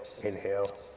inhale